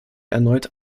erneut